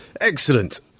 Excellent